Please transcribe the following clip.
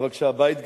אבל כשהבית גדול,